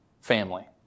family